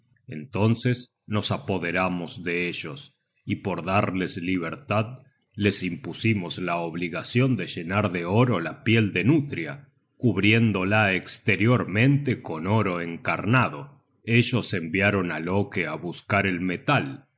entonces nos apoderamos de ellos y por darles libertad les impusimos la obligacion de llenar de oro la piel de nutria cubriéndola esteriormente con oro encarnado ellos enviaron á loke á buscar el metal